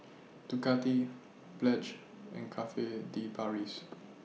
Ducati Pledge and Cafe De Paris